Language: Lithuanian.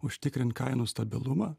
užtikrint kainų stabilumą